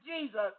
Jesus